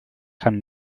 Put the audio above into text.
jan